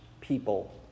people